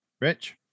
Rich